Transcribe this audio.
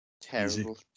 Terrible